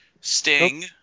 Sting